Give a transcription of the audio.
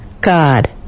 God